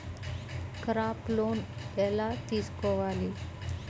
Crop loan ఎలా తీసుకోవాలి?